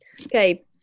Okay